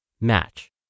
match